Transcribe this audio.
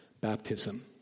baptism